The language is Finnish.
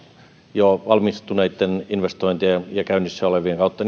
jo valmistuneitten ja käynnissä olevien investointien kautta